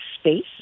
space